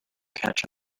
catch